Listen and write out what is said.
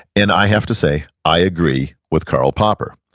and i have to say i agree with karl popper.